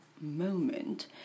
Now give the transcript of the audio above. moment